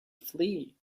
flee